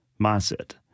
mindset